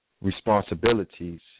responsibilities